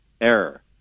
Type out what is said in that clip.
error